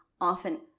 often